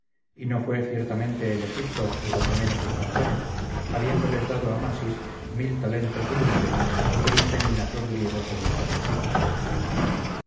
y no fue ciertamente del egipto de donde menos alcanzaron habiéndoles dado amasis talentos de lumbre y minas los griegos allí establecidos